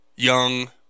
young